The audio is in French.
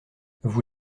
vous